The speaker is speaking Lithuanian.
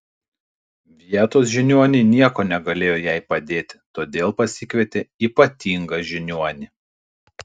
vietos žiniuoniai niekuo negalėjo jai padėti todėl pasikvietė ypatingą žiniuonį